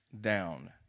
down